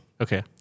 Okay